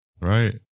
right